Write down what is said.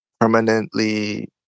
permanently